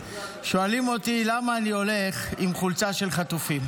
שואלים אותי למה אני הולך עם חולצה של חטופים,